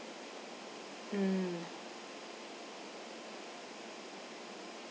mm